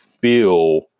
feel